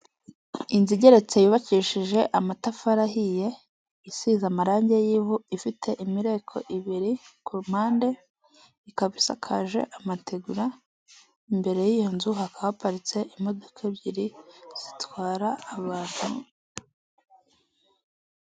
Inzu igeretse yubakishije amatafari ahiye isize amarange y'ivu ifite imireko ibiri ku mpande ikaba isakaje amategura imbere y'iyo nzu hakaba haparitse imodoka ebyiri zitwara abantu.